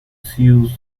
zeus